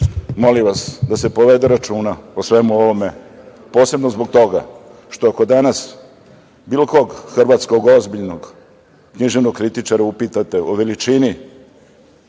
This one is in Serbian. molim vas da se povede računa o svemu ovome, posebno zbog toga što ako danas bilo kog hrvatskog ozbiljnog književnog kritičara upitate o veličini